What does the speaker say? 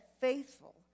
faithful